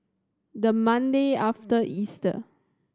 the Monday after Easter